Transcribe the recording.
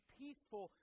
peaceful